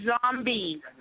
zombie